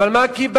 אבל מה קיבלנו?